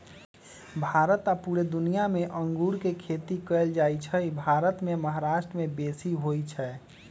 भारत आऽ पुरे दुनियाँ मे अङगुर के खेती कएल जाइ छइ भारत मे महाराष्ट्र में बेशी होई छै